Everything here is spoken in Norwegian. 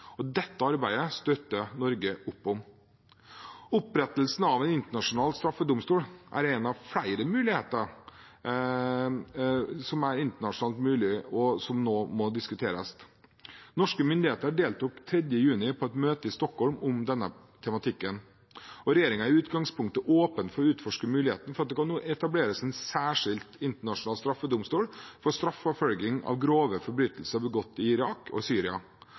skjedd. Dette arbeidet støtter Norge opp om. Opprettelse av en internasjonal straffedomstol er én av flere muligheter som er internasjonalt mulig, og som nå må diskuteres. Norske myndigheter deltok den 3. juni på et møte i Stockholm om denne tematikken. Regjeringen er i utgangspunktet åpen for å utforske muligheten for at det kan etableres en særskilt internasjonal straffedomstol for straffeforfølging av grove forbrytelser begått i Irak og Syria.